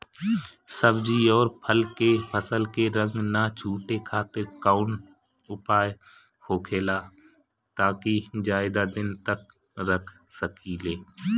सब्जी और फल के फसल के रंग न छुटे खातिर काउन उपाय होखेला ताकि ज्यादा दिन तक रख सकिले?